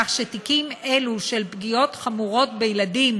כך שתיקים אלו של פגיעות חמורות בילדים,